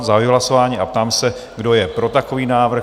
Zahajuji hlasování a ptám se, kdo je pro takový návrh?